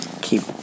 Keep